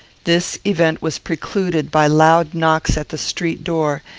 this event was precluded by loud knocks at the street door,